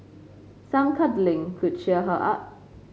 some cuddling could cheer her up